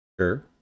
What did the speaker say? Sure